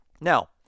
Now